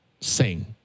sing